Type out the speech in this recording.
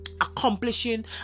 accomplishing